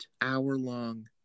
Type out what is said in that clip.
hour-long